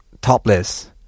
topless